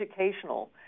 educational